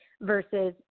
versus